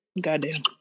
Goddamn